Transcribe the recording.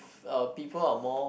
uh people are more